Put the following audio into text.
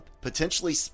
Potentially